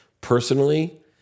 personally